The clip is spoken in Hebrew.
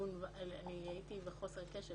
אני רק מבקשת